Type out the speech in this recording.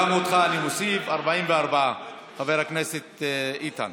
גם אותך אני מוסיף, 44, חבר הכנסת איתן.